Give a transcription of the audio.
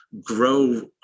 grow